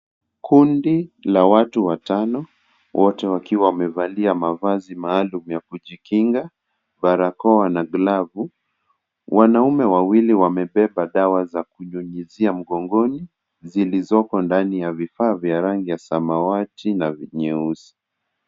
Kundi la watu watano, wote wakiwa wamevalia mavazi maalum ya kujikinga, barakoa na glavu, wanaume wawili wamebeba dawa za kunyunyuzia mgongoni zilizoko ndani ya vifaa vya rangi ya samawati na nyeusi.